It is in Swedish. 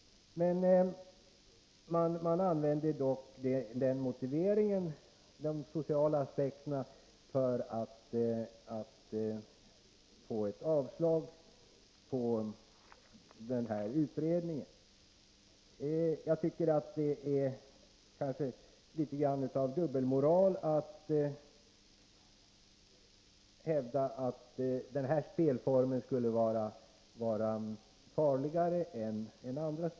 Man använder dock de sociala aspekterna som motivering för att avstyrka utredningens förslag. Det är kanske litet grand av dubbelmoral att hävda att den här spelformen skulle vara farligare än andra.